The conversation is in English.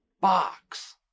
box